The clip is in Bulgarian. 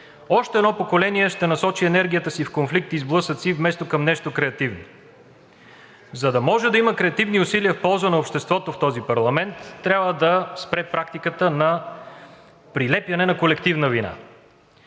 още едно поколение ще насочи енергията си към конфликти и сблъсъци, вместо към нещо креативно. За да може да има креативни усилия в полза на обществото в този парламент, трябва да спре практиката на прилепяне на колективна вина.